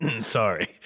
Sorry